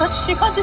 but shikha.